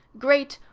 great,